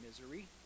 misery